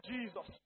Jesus